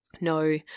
No